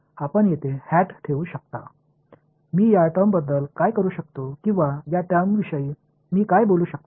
இந்த வெளிப்பாட்டை நான் என்ன செய்ய முடியும் அல்லது இந்த விதிமுறைகளைப் பற்றி நான் என்ன சொல்ல முடியும்